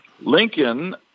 Lincoln